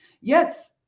Yes